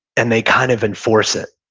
and they kind of enforce it.